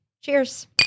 Cheers